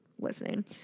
listening